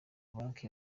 banki